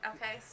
Okay